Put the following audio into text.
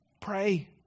Pray